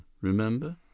remember